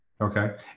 Okay